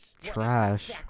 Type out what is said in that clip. trash